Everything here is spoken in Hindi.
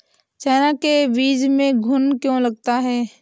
चना के बीज में घुन क्यो लगता है?